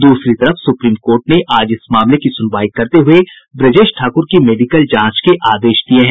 दूसरी तरफ supreme court ने आज इस मामले की सुनवाई करते हुए ब्रजेश ठाक्र की मेडिकल जांच के आदेश दिये हैं